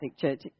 church